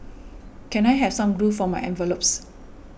can I have some glue for my envelopes